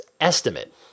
estimate